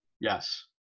Yes